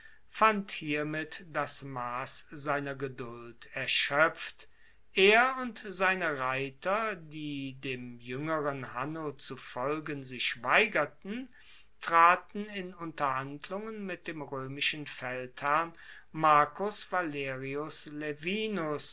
fand hiermit das mass seiner geduld erschoepft er und seine reiter die dem juengeren hanno zu folgen sich weigerten traten in unterhandlungen mit dem roemischen feldherrn marcus valerius laevinus